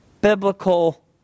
biblical